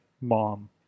mom